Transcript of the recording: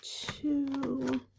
two